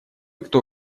кто